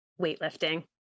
Weightlifting